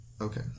Okay